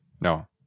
No